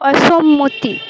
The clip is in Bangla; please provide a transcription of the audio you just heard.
অসম্মতি